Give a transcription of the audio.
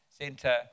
center